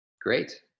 Great